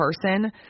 person